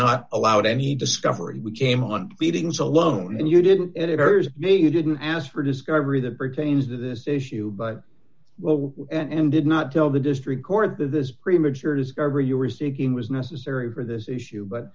not allowed any discovery we came on meetings alone and you didn't get it areas you didn't ask for discovery that pertains to this issue but well and did not tell the district court that this premature discovery you were seeking was necessary for this issue but